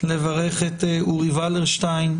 לברך את אורי ולרשטיין,